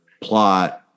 plot